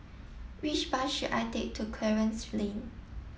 which bus should I take to Clarence Lane